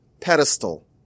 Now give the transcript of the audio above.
pedestal